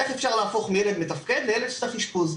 איך אפשר להפוך מילד מתפקד לילד שצריך אשפוז.